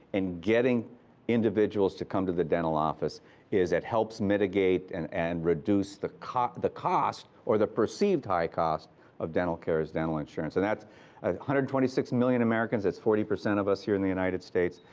in getting individuals to come to the dental office is it helps mitigate and and reduce the cost the cost or the perceived high cost of dental care is dental insurance. and that's ah one hundred and twenty six million americans, that's forty percent of us here in the united states.